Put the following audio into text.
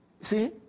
See